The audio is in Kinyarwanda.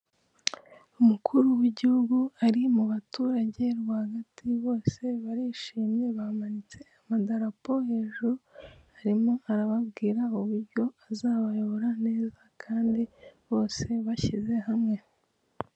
Umukuru w'igihugu ari mu baturage rwagati, bose barishimye bamanitse amadarapo hejuru. harimo arababwira uburyo azabayobora neza kandi bose bashyize hamwe.